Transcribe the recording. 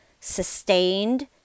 sustained